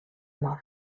mor